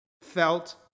felt